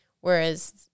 Whereas